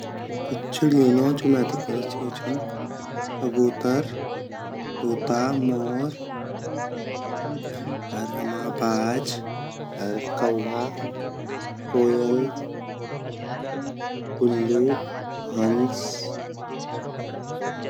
कुछ चिडयू नौ जु मेते पता ची उ छिन कबूतर ,तोता ,मोर, अर हमा बाज अर कौआ, कोय, उल्लू अर हंस।